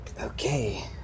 Okay